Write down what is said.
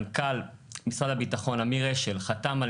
מנכ"ל משרד הביטחון אמיר אשל חתם על